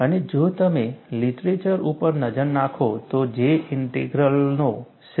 અને જો તમે લીટરેચર ઉપર નજર નાખો તો J ઇન્ટિગ્રલનો શ્રેય J